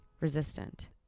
resistant